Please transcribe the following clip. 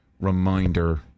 reminder